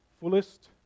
fullest